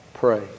pray